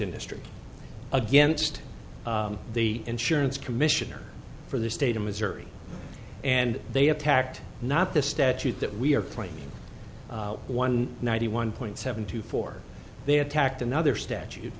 industry against the insurance commissioner for the state of missouri and they attacked not the statute that we are twenty one ninety one point seven two four they attacked another statute